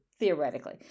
theoretically